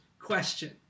question